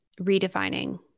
redefining